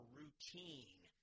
routine